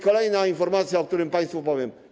Kolejna informacja, o której państwu powiem.